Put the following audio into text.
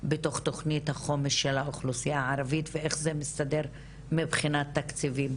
בתוך תוכנית החומש של האוכלוסיה הערבית ואיך זה מסתדר מבחינת תקציבים.